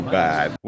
bad